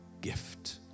gift